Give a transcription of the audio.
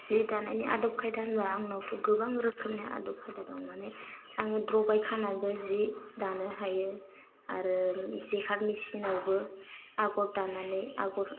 जि दानायनि आदब खायदा होनबा आंनावथ' गोबां रोखोमनि आदब खायदा दं मानि आङो द्रबाइ खानानैबो जि दानो हायो आरो जिहार मेचिनावबो आगर दानानै आगर